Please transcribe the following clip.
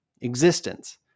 existence